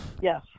Yes